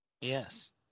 Yes